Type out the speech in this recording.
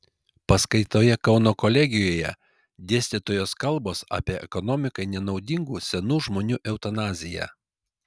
paskaitoje kauno kolegijoje dėstytojos kalbos apie ekonomikai nenaudingų senų žmonių eutanaziją